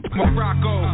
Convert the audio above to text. Morocco